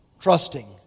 trusting